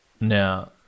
Now